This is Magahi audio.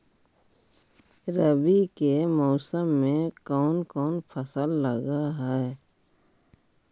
रवि के मौसम में कोन कोन फसल लग है?